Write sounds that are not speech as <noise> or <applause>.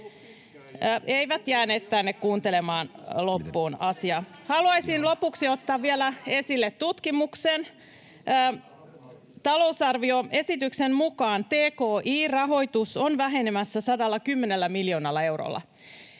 Eivät jääneet tänne kuuntelemaan loppuun asiaa. <noise> Haluaisin lopuksi ottaa vielä esille tutkimuksen. Talousarvioesityksen mukaan tki-rahoitus on vähenemässä 110 miljoonalla eurolla.